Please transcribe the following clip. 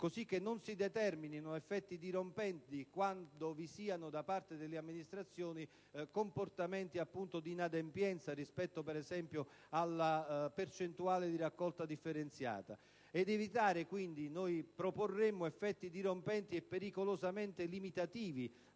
cosi ché non si determinino effetti dirompenti quando vi siano da parte delle amministrazioni comportamenti di inadempienza rispetto, per esempio, alla percentuale di raccolta differenziata. Proporremmo quindi di evitare effetti dirompenti e pericolosamente limitativi